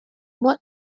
what